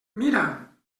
mira